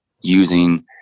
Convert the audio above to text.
using